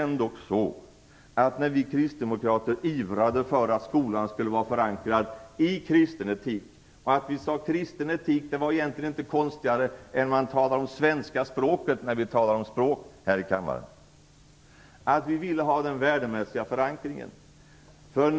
När vi kristdemokrater ivrade för att skolan skulle vara förankrad i kristen etik - att vi sade kristen etik var egentligen inte konstigare än att man talar om svenska språket när vi talar om språk här i kammaren - var det för att vi ville ha den värdemässiga förankringen.